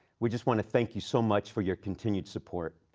we just want to thank you so much for your continued support.